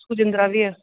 ਸੁਖਜਿੰਦਰਾ ਵੀ ਹੈ